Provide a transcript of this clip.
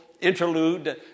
interlude